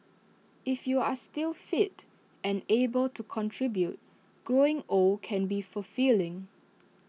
if you're still fit and able to contribute growing old can be fulfilling